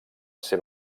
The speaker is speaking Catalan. ser